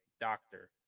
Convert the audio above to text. doctor